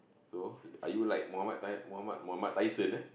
so are you like Mohammad Ty~ Mohammad Mohammad Tyson ah